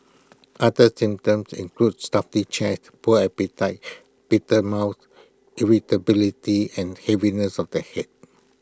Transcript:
other symptoms include A stuffy chest poor appetite bitter mouth irritability and heaviness of the Head